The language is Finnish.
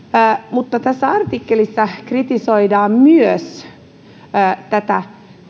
mutta tässä artikkelissa kritisoidaan myös tätä